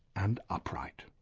and upright.